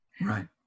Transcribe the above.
Right